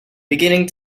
beginning